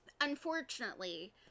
unfortunately